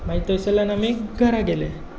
मागीर थंयसरल्यान आमी घरा गेले